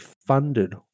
funded